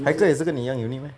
haikal 也是跟你一样 unit meh